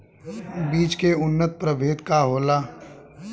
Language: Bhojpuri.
बीज के उन्नत प्रभेद का होला?